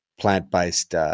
plant-based